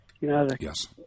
Yes